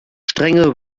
strenge